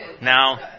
Now